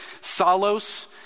Salos